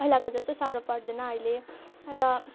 पहिलाको जस्तो साह्रो पर्दैन अहिले र